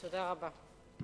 תודה רבה.